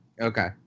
Okay